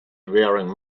wearing